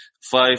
five